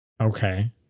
Okay